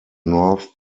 north